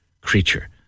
creature